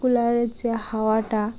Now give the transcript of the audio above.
কুলারের যে হাওয়াটা